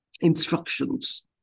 instructions